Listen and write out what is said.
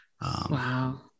wow